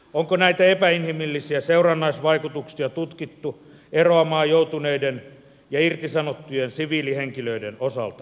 onko näitä epäinhimillisiä seurannaisvaikutuksia tutkittu eroamaan joutuneiden ja irtisanottujen siviilihenkilöiden osalta